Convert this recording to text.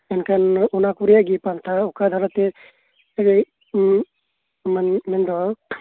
ᱚᱱᱟ ᱠᱚᱨᱮᱱᱟᱜ ᱜᱮ ᱯᱟᱞᱴᱟᱣ ᱢᱮᱱᱫᱚ ᱚᱠᱟ ᱰᱟᱦᱟᱨ ᱛᱮ